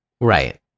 Right